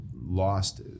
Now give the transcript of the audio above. lost